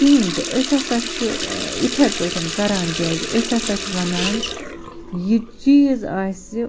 کِہیٖنٛۍ تہِ أسۍ ہسا چھِ یِتھٕے پٲٹھۍ کَران جج أسۍ ہسا چھِ وَنان یہِ چیٖز آسہِ